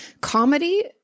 comedy